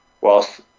whilst